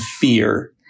fear